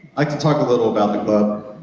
i'd to talk a little about the club